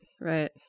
right